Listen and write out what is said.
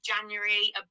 january